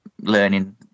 learning